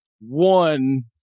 one